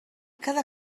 cada